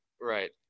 Right